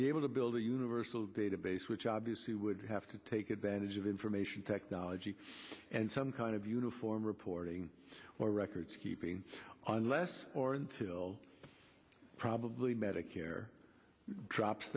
be able to build a universal database which obviously would have to take advantage of information technology and some kind of uniform reporting or record keeping on less or until probably medicare drops